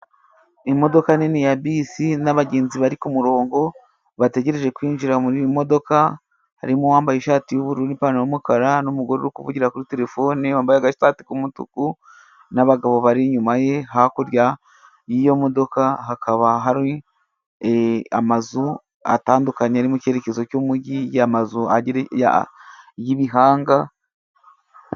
Imodoka nini ya bisi n'abagenzi bari kumurongo bategereje kwinjira muri modoka , harimo uwambaye ishati y'ubururu n'ipantaro y'umukara n'umugore uri kuvugira kuri terefone wambaye agashati k'umutuku n' nabagabo bari inyuma ye , hakurya y'iyo modoka hakaba hari amazu atandukanye ari mu cyerekezo cy'umujyi , amazu y'ibihanga.